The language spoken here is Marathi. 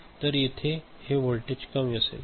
तर येथे हे व्होल्टेज कमी असेल